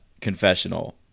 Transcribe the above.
confessional